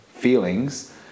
feelings